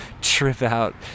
trip-out